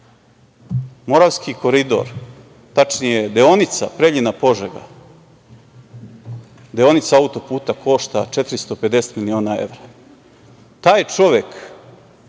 Moravski koridor, tačnije, deonica Preljina-Požega, deonica auto-puta košta 450 miliona evra. Taj čovek